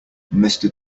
mister